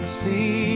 see